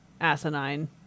asinine